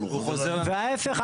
וההיפך,